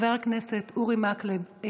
חבר הכנסת אורי מקלב,